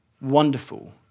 wonderful